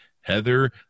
Heather